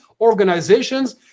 organizations